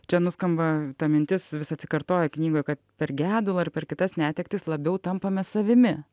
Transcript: čia nuskamba ta mintis vis atsikartoja knygoj kad per gedulą ir per kitas netektis labiau tampame savimi